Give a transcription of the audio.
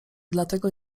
dlatego